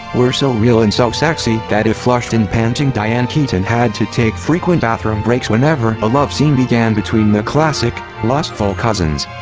were so real and so sexy that a flushed and panting diane keaton had to take frequent bathroom breaks whenever a love scene began between the classic, lustful cousins.